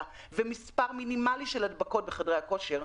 ומספר מינימלי של הדבקות בחדרי הכושר,